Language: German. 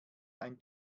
ein